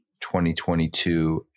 2022